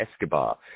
Escobar